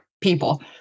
people